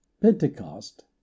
Pentecost